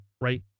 Right